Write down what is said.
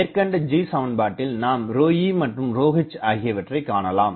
மேற்கண்ட G சமன்பாட்டில் நாம் ρe மற்றும் ρh ஆகியவற்றை காணலாம்